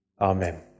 Amen